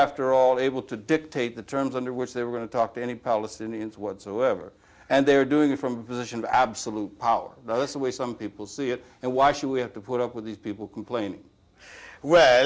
after all able to dictate the terms under which they were going to talk to any palestinians whatsoever and they're doing it from position of absolute power that's the way some people see it and why should we have to put up with these people complaining